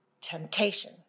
Temptation